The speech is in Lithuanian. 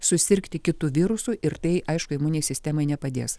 susirgti kitu virusu ir tai aišku imuninei sistemai nepadės